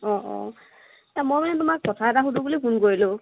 অঁ মই মানে তোমাক কথা এটা সুধো বুলি ফোন কৰিলোঁ